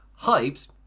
hyped